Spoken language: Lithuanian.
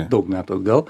daug metų atgal